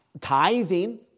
tithing